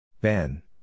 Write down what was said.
Ben